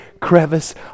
crevice